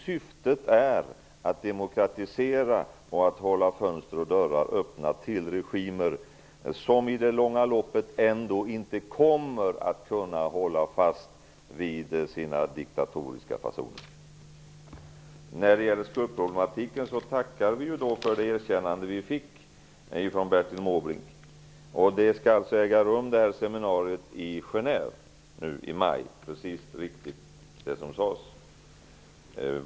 Syftet är ju att demokratisera och hålla fönster och dörrar öppna till regimer som i det långa loppet ändå inte kommer att kunna hålla fast vid sina diktatoriska fasoner. Jag tackar för det erkännande regeringen fick av Bertil Måbrink när det gäller skuldproblematiken. Seminariet skall som mycket riktigt sades äga rum i Genève i maj.